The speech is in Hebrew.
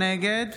נגד